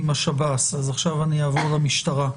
השב"ס, אז עכשיו אני אעבור למשטרה.